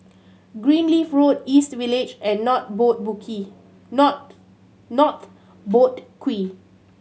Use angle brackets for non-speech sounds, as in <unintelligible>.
Greenleaf Road East Village and North Boat <unintelligible> Not North Boat Quay